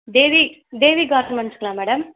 தேவி தேவி கார்மெண்ட்ஸுங்களா மேடம்